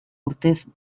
urtez